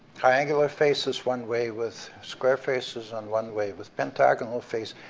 triangular faces one way, with square faces on one way, with pentagonal face,